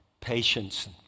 patience